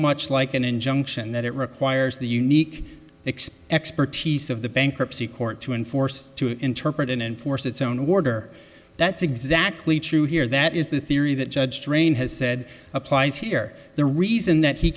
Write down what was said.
much like an injunction that it requires the unique expects parties of the bankruptcy court to enforce to interpret and enforce its own order that's exactly true here that is the theory that judge train has said applies here the reason that he